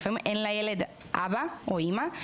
לפעמים אין לילד אבא או אימא,